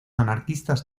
anarquistas